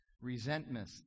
resentment